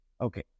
Okay